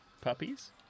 puppies